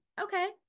okay